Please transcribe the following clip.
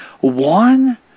one